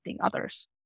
others